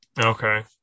okay